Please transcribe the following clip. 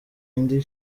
indi